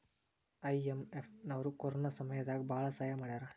IMF ನವ್ರು corona ಸಮಯ ದಾಗ ಭಾಳ ಸಹಾಯ ಮಾಡ್ಯಾರ